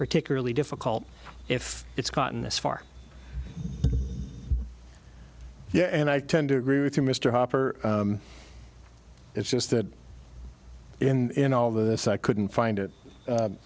particularly difficult if it's gotten this far yeah and i tend to agree with you mr hopper it's just that in all this i couldn't find it